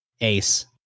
Ace